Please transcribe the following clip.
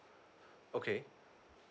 okay